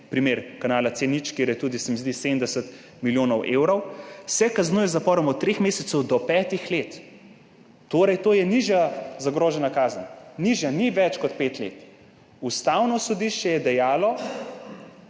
primer kanala C0, kjer je tudi, se mi zdi, 70 milijonov evrov, »se kaznuje z zaporom od treh mesecev do petih let.« Torej, to je nižja zagrožena kazen. Nižja, ni več kot pet let. Ustavno sodišče je dejalo,